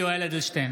(קורא בשמות חברי הכנסת)